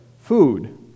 food